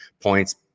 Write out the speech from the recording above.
points